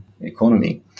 economy